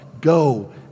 go